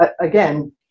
again